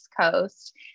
Coast